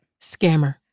Scammer